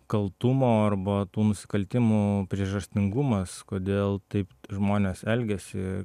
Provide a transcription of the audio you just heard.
kaltumo arba tų nusikaltimų priežastingumas kodėl taip žmonės elgiasi